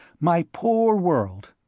my poor world,